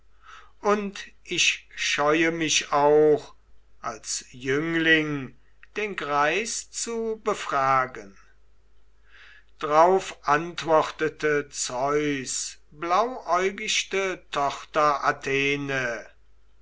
und ich scheue mich auch als jüngling den greis zu befragen drauf antwortete zeus blauäugichte